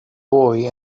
boy